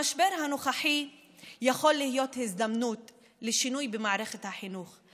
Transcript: המשבר הנוכחי יכול להיות הזדמנות לשינוי במערכת החינוך,